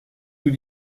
nous